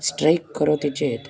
strike करोति चेत्